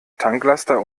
tanklaster